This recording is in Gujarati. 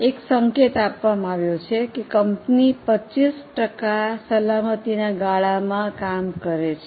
એક સંકેત આપવામાં આવ્યું છે કે કંપની 25 ટકા સલામતીના ગાળામાં કામ કરે છે